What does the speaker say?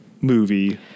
movie